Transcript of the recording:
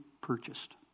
purchased